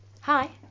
Hi